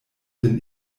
bin